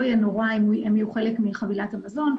יהיה נורא אם הם יהיו חלק מחבילת המזון,